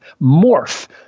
morph